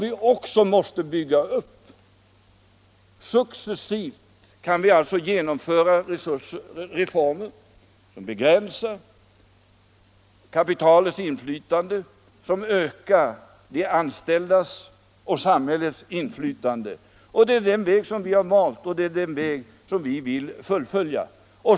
Vi kan alltså successivt genomföra reformer som begränsar kapitalets inflytande och ökar de anställdas och samhällets inflytande. Det är den väg som vi har valt och som vi vill fullfölja.